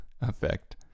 effect